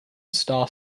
star